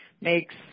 makes